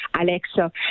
Alexa